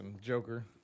Joker